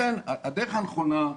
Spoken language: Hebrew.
לכן הדרך הנכונה,